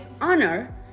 honor